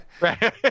Right